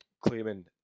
claiming